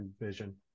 vision